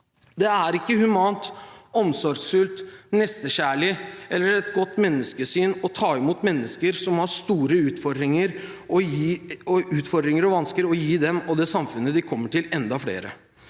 Det er ikke humant, omsorgsfullt, nestekjærlig eller et godt menneskesyn å ta imot mennesker som har store utfordringer og vansker og å gi dem og det samfunnet de kommer til, enda flere.